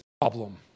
problem